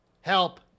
Help